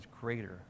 greater